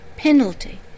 penalty